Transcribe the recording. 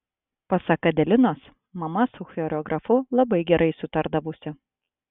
pasak adelinos mama su choreografu labai gerai sutardavusi